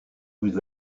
vous